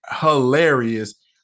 hilarious